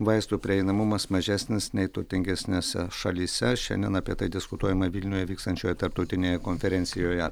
vaistų prieinamumas mažesnis nei turtingesnėse šalyse šiandien apie tai diskutuojama vilniuje vykstančioje tarptautinėje konferencijoje